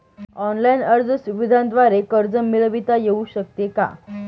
Online अर्ज सुविधांद्वारे कर्ज मिळविता येऊ शकते का?